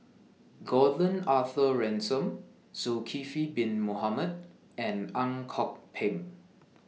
Gordon Arthur Ransome Zulkifli Bin Mohamed and Ang Kok Peng